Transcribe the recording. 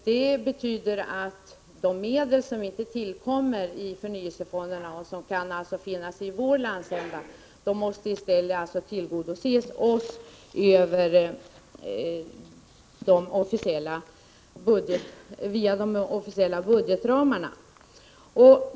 Det betyder att de medel som inte tillkommer i förnyelsefonderna och som kan finnas i vår landsända i stället måste tillföras oss via de officiella budgetanslagen.